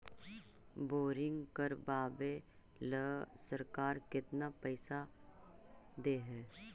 Boring करबाबे ल सरकार केतना पैसा दे है?